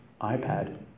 iPad